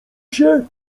się